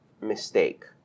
mistake